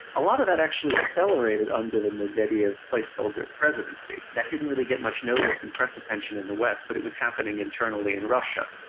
a lot of that actually accelerated under the medvedev placeholder presidency. that didn't really get much notice and press attention in the west, but it was happening internally in russia.